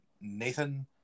Nathan